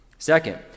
Second